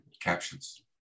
captions